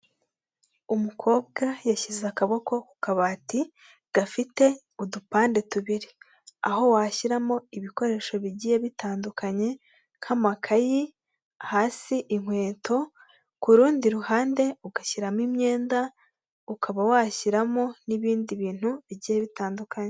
Umukobwa yashyize akaboko ku kabati gafite udupande tubiri, aho washyiramo ibikoresho bigiye bitandukanye, nk'amakayi hasi inkweto ku rundi ruhande ugashyiramo imyenda, ukaba washyiramo n'ibindi bintu bigiye bitandukanye.